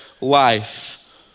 life